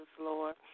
Lord